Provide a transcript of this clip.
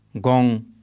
Gong